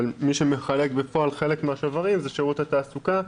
אבל מי שמחלק בפועל חלק מהשוברים זה שירות התעסוקה.